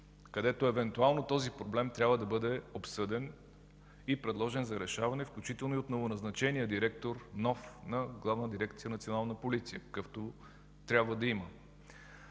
където евентуално този проблем трябва да бъде обсъден и предложен за решаване, включително и от новоназначения директор – нов, на Главна дирекция